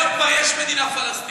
היום כבר יש מדינה פלסטינית.